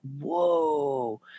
whoa